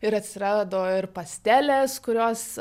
ir atsirado ir pastelės kurios